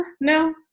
no